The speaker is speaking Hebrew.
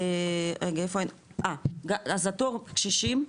אז התור קשישים,